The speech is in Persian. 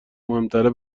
مهمتره